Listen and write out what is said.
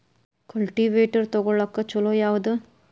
Cultivator ತೊಗೊಳಕ್ಕ ಛಲೋ ಯಾವದ?